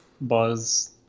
Buzz